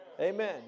amen